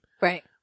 Right